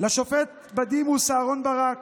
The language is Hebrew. לשופט בדימוס אהרן ברק